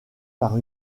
par